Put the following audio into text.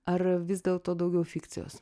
ar vis dėlto daugiau fikcijos